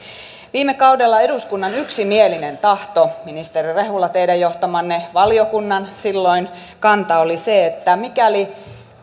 viime kaudella eduskunnan yksimielinen tahto ministeri rehula teidän silloin johtamanne valiokunnan kanta oli se että mikäli